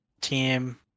team